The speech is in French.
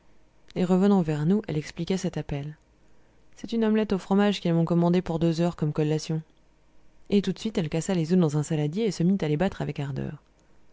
et revenant vers nous elle expliqua cet appel c'est une omelette au fromage qu'elles m'ont commandée pour deux heures comme collation et tout de suite elle cassa les oeufs dans un saladier et se mit à les battre avec ardeur